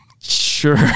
sure